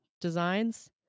designs